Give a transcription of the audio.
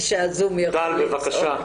טל, בבקשה.